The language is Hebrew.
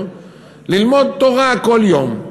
ללמוד תורה כל יום.